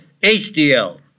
HDL